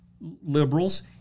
liberals